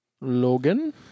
Logan